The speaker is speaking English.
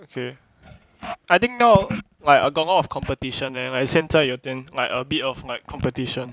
okay I think now like got a lot of competition leh like 现在有点 like a bit of competition